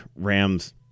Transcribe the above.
Rams